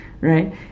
right